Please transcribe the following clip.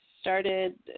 started –